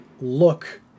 look